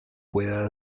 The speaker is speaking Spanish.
pueda